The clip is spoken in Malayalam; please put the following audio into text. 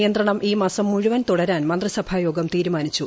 നിയന്ത്രണം ഈ മാസം മുഴുവൻ തുടരാൻ മന്ത്രിസഭാ യോഗം തീരുമാനിച്ചു